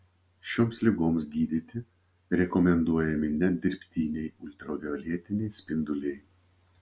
šioms ligoms gydyti rekomenduojami net dirbtiniai ultravioletiniai spinduliai